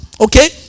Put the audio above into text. okay